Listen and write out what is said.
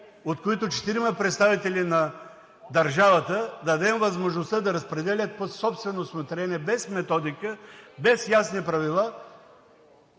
четирима са представители на държавата, да им дадем възможността да разпределят по собствено усмотрение, без методика, без ясни правила